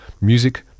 Music